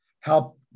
help